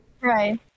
Right